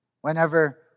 Whenever